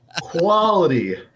quality